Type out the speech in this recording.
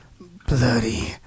Bloody